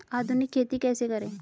आधुनिक खेती कैसे करें?